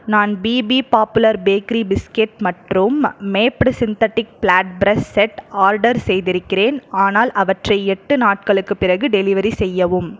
நான் BB popular bakery biscuit மற்றும் Maped synthetic flat brush set order செய்திருக்கிறேன் ஆனால் அவற்றை எட்டு நாட்களுக்குப் பிறகு டெலிவரி செய்யவும்